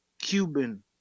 Cuban